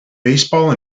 basketball